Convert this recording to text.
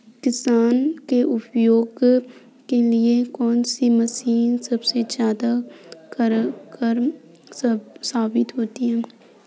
किसान के उपयोग के लिए कौन सी मशीन सबसे ज्यादा कारगर साबित होती है?